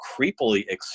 creepily